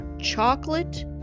Chocolate